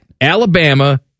Alabama